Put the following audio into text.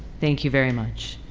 thank you very much.